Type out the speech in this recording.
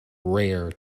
rare